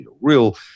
real